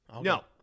No